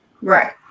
Right